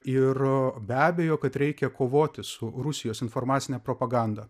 ir be abejo kad reikia kovoti su rusijos informacine propaganda